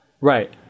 Right